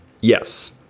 Yes